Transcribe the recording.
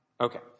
Okay